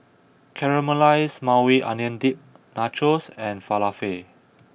Caramelized Maui Onion Dip Nachos and Falafel